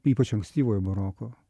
ypač ankstyvojo baroko